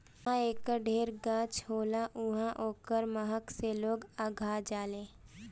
जहाँ एकर ढेर गाछ होला उहाँ ओकरा महक से लोग अघा जालें